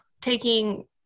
taking